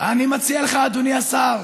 אני מציע לך, אדוני השר,